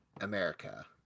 America